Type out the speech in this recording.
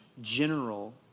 general